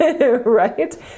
right